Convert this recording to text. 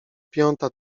piąta